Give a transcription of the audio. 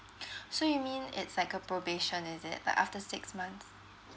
so you mean it's like a probation is it like after six months